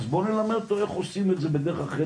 בואו נלמד אותו איך עושים את זה בדרך אחרת